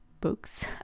books